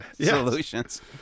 solutions